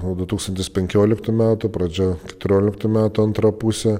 nuo du tūkstantis penkioliktų metų pradžia keturioliktų metų antra pusė